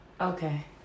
okay